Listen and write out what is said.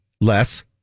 less